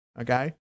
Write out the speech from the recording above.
okay